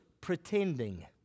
pretending